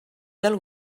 del